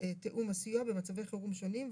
תיאום הסיוע במצבי חירום שונים,